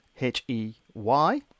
H-E-Y